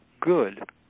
good